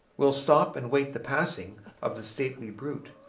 will stop and wait the passing of the stately brute.